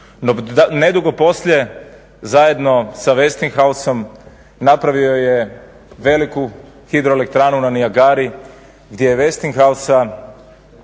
nedugo poslije zajedno sa Westinghouse-om napravio je veliku hidroelektranu na Nijagari gdje je Westinghouse-om